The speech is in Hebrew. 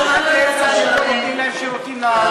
לא נותנים להם שירותים.